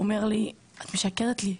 הוא אומר לי את משקרת לי,